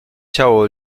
ciało